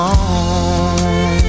on